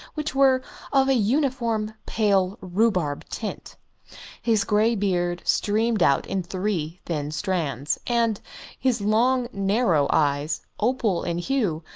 which were of a uniform pale rhubarb tint his grey beard streamed out in three thin strands, and his long, narrow eyes, opal in hue,